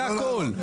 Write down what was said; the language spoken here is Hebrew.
זה הכול.